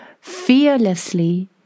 fearlessly